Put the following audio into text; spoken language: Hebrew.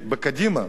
ואני לא מקבל תשובה.